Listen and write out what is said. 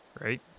Right